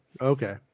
Okay